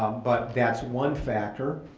but that's one factor.